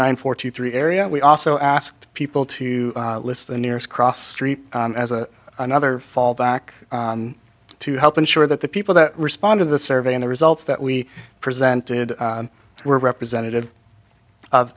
hundred forty three area we also asked people to list the nearest cross street as a another fallback to help ensure that the people that responded the survey and the results that we presented were representative of